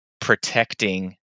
protecting